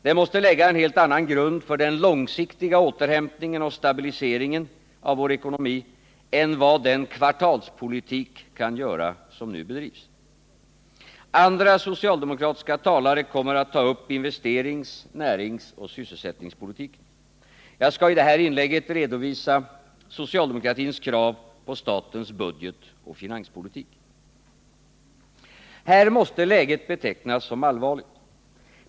Den måste lägga en helt annan grund för den långsiktiga återhämtningen och stabiliseringen av vår ekonomi än vad den kvartalspolitik kan göra som nu bedrivs. Andra socialdemokratiska talare kommer att ta upp investerings-, näringsoch sysselsättningspolitiken. Jag skall i det här inlägget redovisa socialdemokratins krav på statens budgetoch finanspolitik. Här måste läget betecknas som allvarligt.